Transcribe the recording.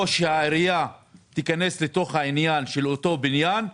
העירייה תיכנס לתוך העניין של אותו בניין,